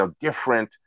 different